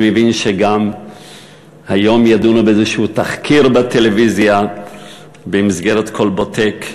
אני מבין שגם היום ידונו בזה באיזשהו תחקיר בטלוויזיה במסגרת "כלבוטק".